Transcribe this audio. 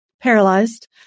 paralyzed